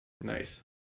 Nice